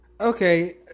Okay